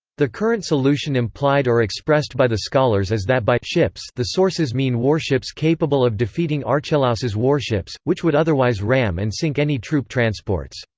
the current solution implied or expressed by the scholars is that by ships the sources mean warships capable of defeating archelaus' warships, which would otherwise ram and sink any troop transports.